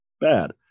bad